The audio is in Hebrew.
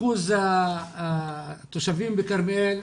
אחוז התושבים בכרמיאל,